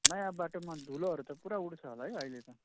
नयाँ बाटोमा धुलोहरू त पुरा उड्छ होला है अहिले त